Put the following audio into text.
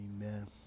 Amen